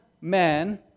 man